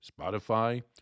Spotify